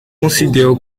considère